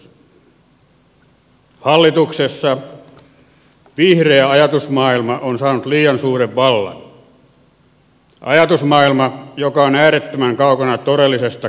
hallituksessa vihreä ajatusmaailma on saanut liian suuren vallan ajatusmaailma joka on äärettömän kaukana todellisesta kestävästä kehityksestä